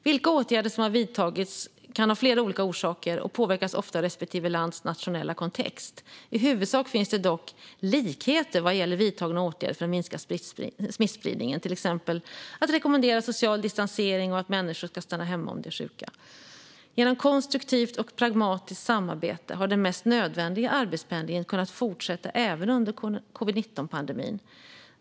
Vilka åtgärder som har vidtagits kan ha flera olika orsaker, och det påverkas ofta av respektive lands nationella kontext. I huvudsak finns det dock likheter vad gäller vidtagna åtgärder för att minska smittspridningen, till exempel att rekommendera social distansering och att människor ska stanna hemma om de är sjuka. Genom konstruktivt och pragmatiskt samarbete har den mest nödvändiga arbetspendlingen kunnat fortsätta även under covid-19-pandemin.